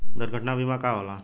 दुर्घटना बीमा का होला?